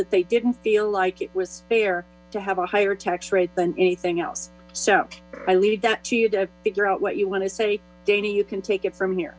that they didn't feel like it was fair to have a higher tax rate than anything else so i leave that to you to figure out what you want to say dana you can take it from here